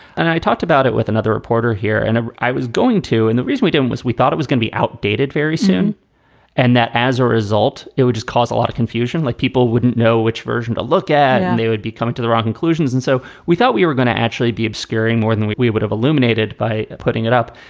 and i talked about it with another reporter here. and ah i was going to and the reason we do it was we thought it was gonna be outdated very soon and that as a result, it would just cause a lot of confusion, like people wouldn't know which version to look at. and they would be coming to the wrong conclusions. and so we thought we were going to actually be obscuring more than we we would have illuminated by putting it up.